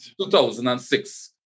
2006